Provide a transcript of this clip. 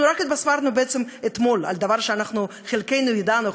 רק אתמול התבשרנו על דבר שחלקנו ידענו,